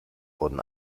wurden